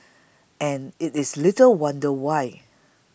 and it is little wonder why